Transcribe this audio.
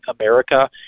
America